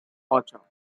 ocho